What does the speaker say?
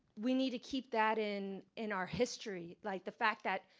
we need to keep that in in our history. like the fact that,